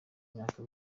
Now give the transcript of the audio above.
imyaka